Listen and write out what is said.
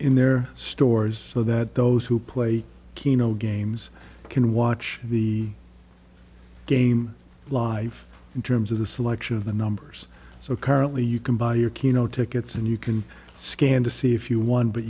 in their stores so that those who play keno games can watch the game life in terms of the selection of the numbers so currently you can buy your keno tickets and you can scan to see if you won but